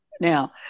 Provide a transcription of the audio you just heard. now